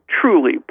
truly